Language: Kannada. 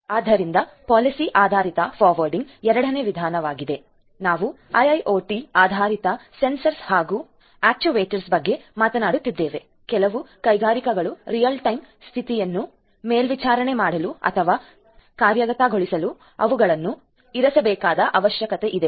ಆಧರಿಂದ ಪಾಲಿಸಿ ಆಧಾರಿತ ಫಾರ್ವಾರ್ಡಿಂಗ್ ಎರಡನೇ ವಿಧಾನ ವಾಗಿಧೆ ನಾವು ಐಐಓಟಿ ಆಧಾರಿತ ಸೆನ್ಸೋರ್ಸ್ ಹಾಗು ಅಕ್ಟುಏಟರ್ಗಳ ಬಗ್ಗೆ ಮಾತನಾಡುತಿದ್ದೇವೆ ಕೆಲವು ಕೈಗಾರಿಕೆಗಳ ರಿಯಲ್ ಟೈಮ್ ಸ್ಥಿತಿಯನ್ನು ಮೇಲ್ವಿಚಾರಣೆ ಮಾಡಲು ಅಥವಾ ಕಾರ್ಯಗತಗೊಳಿಸಲು ಅವುಗಳನ್ನು ಇರಿಸಬೇಕಾದ ಅವಶ್ಯಕತೆ ಇದೆ